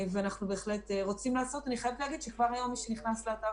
אני חייבת להגיד שכבר היום מי שנכנס לאתר